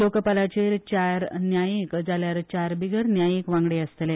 लोकपालाचेर चार न्यायिक जाल्यार चार बिगर न्यायीक वांगडी आसतले